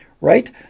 right